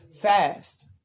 fast